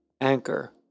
Anchor